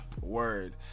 word